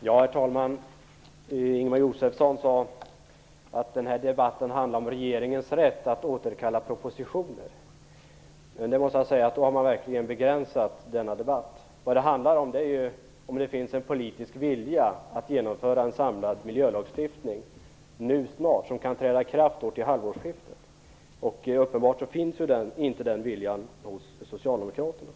Herr talman! Ingemar Josefsson sade att debatten handlade om regeringens rätt att återkalla propositioner. Då måste jag säga att man verkligen har begränsat debatten. Vad det handlar om är om det finns en politisk vilja att nu snart genomföra en samlad miljölagstiftning som kan träda i kraft till halvårsskiftet. Uppenbart finns inte den viljan hos socialdemokraterna.